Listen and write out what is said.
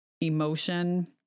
emotion